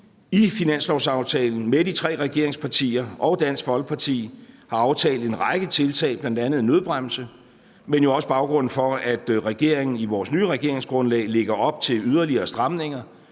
i finanslovsaftalen med de tre regeringspartier og Dansk Folkeparti har aftalt en række tiltag, bl.a. en nødbremse, men også baggrunden for, at regeringen i vores nye regeringsgrundlag lægger op til yderligere stramninger,